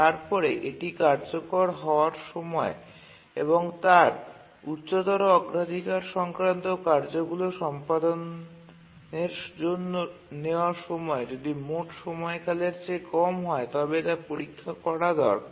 তারপরে এটি কার্যকর হওয়ার সময় এবং তার উচ্চতর অগ্রাধিকার সংক্রান্ত কার্যগুলি সম্পাদনের জন্য নেওয়া সময় যদি মোট সময়কালের চেয়ে কম হয় তবে তা পরীক্ষা করা দরকার